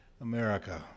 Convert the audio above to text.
America